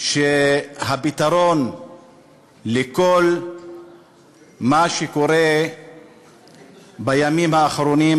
שהפתרון לכל מה שקורה בימים האחרונים,